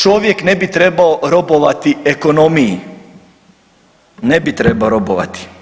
Čovjek ne bi trebao robavati ekonomiji, ne bi trebao robovati.